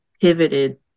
pivoted